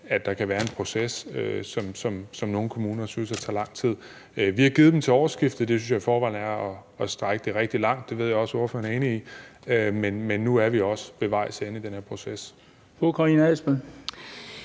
at der kan være en proces, som nogle kommuner synes tager lang tid. Vi har givet dem til årsskiftet, og det synes jeg i forvejen er at strække det rigtig langt – det ved jeg også at ordføreren er enig i – men nu er vi også ved vejs ende i den her proces.